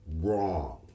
wrong